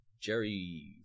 Jerry